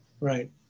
Right